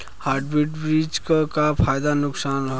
Hybrid बीज क का फायदा नुकसान ह?